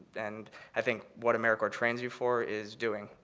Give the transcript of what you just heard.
and i think what americorps trains you for is doing.